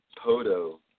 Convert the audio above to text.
poto